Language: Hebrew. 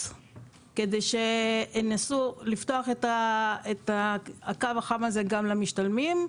כדי שינסו לפתוח את ה"קו החם" הזה גם למשתלמים,